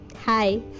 Hi